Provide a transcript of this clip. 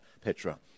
Petra